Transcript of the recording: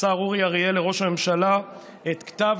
השר אורי אריאל לראש הממשלה את כתב